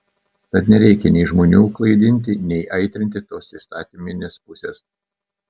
tad nereikia nei žmonių klaidinti nei aitrinti tos įstatyminės pusės